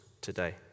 today